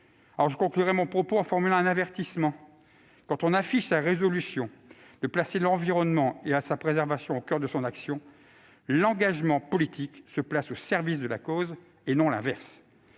Je conclurai mon propos en formulant un avertissement. Lorsque l'on affiche sa résolution de placer l'environnement et sa préservation au coeur de son action, l'engagement politique doit se placer au service de la cause et non l'inverse.